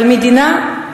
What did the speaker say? אבל מדינה,